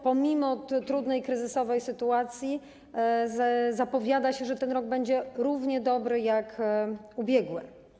Pomimo trudnej, kryzysowej sytuacji zapowiada się, że ten rok będzie równie dobry jak ubiegły.